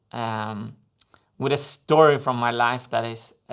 um with a story from my life that is.